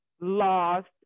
lost